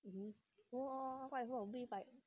hmm 很多派那种 gifts like